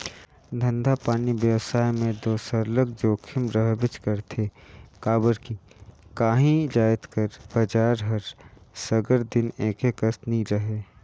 धंधापानी बेवसाय में दो सरलग जोखिम रहबेच करथे काबर कि काही जाएत कर बजार हर सगर दिन एके कस नी रहें